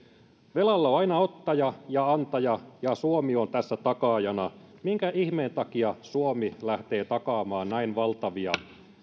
velalla on aina ottaja ja antaja ja suomi on tässä takaajana minkä ihmeen takia suomi lähtee takaamaan näin valtavia